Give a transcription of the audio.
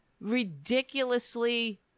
ridiculously